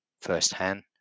firsthand